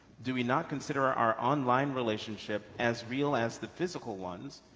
do we not consider our online relationship as real as the physical ones?